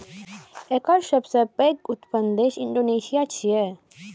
एकर सबसं पैघ उत्पादक देश इंडोनेशिया छियै